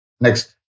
Next